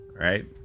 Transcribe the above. right